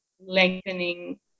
lengthening